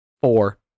four